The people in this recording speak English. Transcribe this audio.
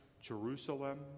Jerusalem